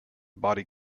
body